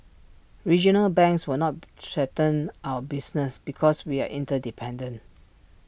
regional banks will not threaten our business because we are interdependent